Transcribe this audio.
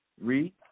Read